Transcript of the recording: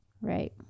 Right